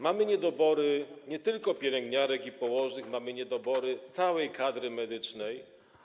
Mamy niedobory nie tylko pielęgniarek i położnych, mamy niedobory całej kadry medycznej.